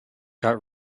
got